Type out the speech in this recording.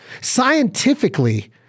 Scientifically